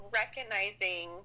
recognizing